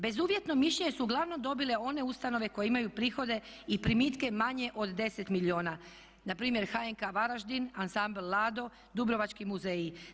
Bezuvjetno mišljenje su uglavnom dobile one ustanove koje imaju prihode i primitke manje od 10 milijuna, npr. HNK Varaždin, Ansambl Lado, dubrovački muzeji.